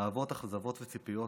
אהבות, אכזבות וציפיות